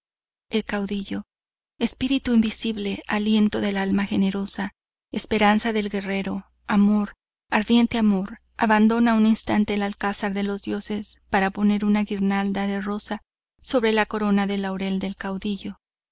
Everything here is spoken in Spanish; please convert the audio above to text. el caudillo espíritu invisible aliento del alma generosa esperanza del guerrero amor ardiente amor abandona un instante el alcázar de los dioses para poner una guirnalda de rosa sobre la corona de laurel del caudillo